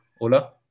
Ola